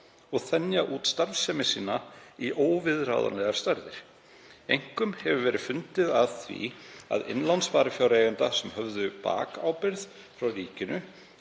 og þenja út starfsemi sína í óviðráðanlegar stærðir. Einkum hefur verið fundið að því að innlán sparifjáreigenda, sem höfðu bakábyrgð frá ríkinu,